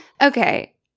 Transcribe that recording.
Okay